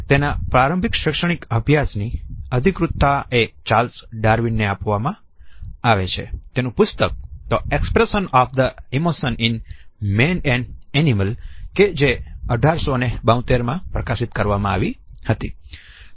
તેના પ્રારંભિક શૈક્ષણિક અભ્યાસ ની અધિકૃતતા એ ચાર્લ્સ ડાર્વિન ને આપવામાં આવે છે જેનું પુસ્તક the expression of the emotion in man and animal કે જે 1872 માં પ્રકાશિત કરવામાં આવ્યુ હતુ